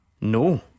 No